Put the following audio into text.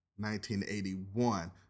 1981